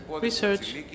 research